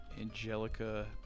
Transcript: Angelica